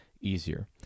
easier